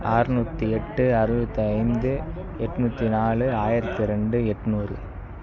ஆறுநூற்றி எட்டு அறுபத்து ஐந்து எட்நூற்றி நாலு ஆயிரத்து ரெண்டு எண்நூறு